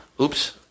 Oops